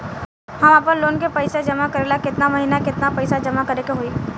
हम आपनलोन के पइसा जमा करेला केतना महीना केतना पइसा जमा करे के होई?